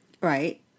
Right